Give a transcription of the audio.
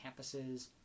campuses